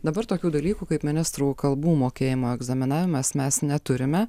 dabar tokių dalykų kaip ministrų kalbų mokėjimo egzaminavimas mes neturime